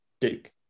Duke